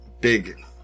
big